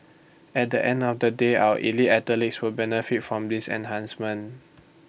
at the end of the day our elite athletes will benefit from this enhancement